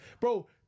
Bro